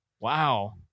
Wow